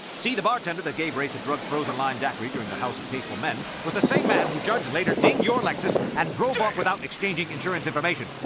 see, the bartender that gave race a drugged frozen lime daiquiri during the house of tasteful men was the same man who, judge, later dinged your lexus and drove off without exchanging insurance information.